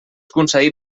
concedit